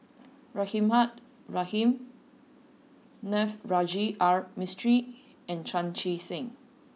Rahimah Rahim Navroji R Mistri and Chan Chee Seng